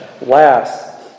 Last